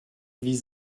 wie